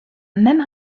même